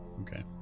Okay